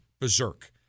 berserk